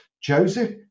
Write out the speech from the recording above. Joseph